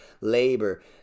labor